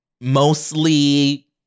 mostly